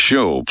show